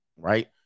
right